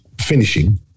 finishing